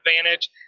advantage